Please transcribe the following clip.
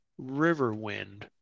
Riverwind